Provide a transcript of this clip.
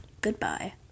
goodbye